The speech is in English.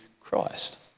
Christ